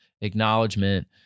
acknowledgement